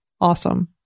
awesome